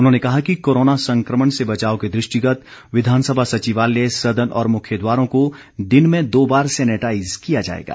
उन्होंने कहा कि कोरोना संक्रमण से बचाव के दृष्टिगत विधानसभा सचिवालय सदन और मुख्य द्वारों को दिन में दो बार सैनिटाईज किया जाएगा